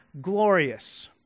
glorious